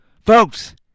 Folks